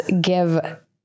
give